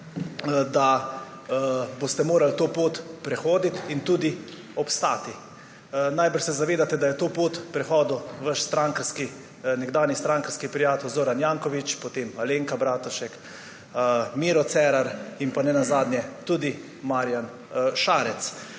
da boste morali to pot prehoditi in tudi obstati. Najbrž se zavedate, da je to pot prehodil vaš nekdanji strankarski prijatelj Zoran Janković, potem Alenka Bratušek, Miro Cerar in pa nenazadnje tudi Marjan Šarec.